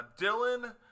Dylan